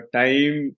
time